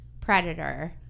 Predator